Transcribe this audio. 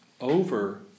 over